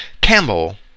Campbell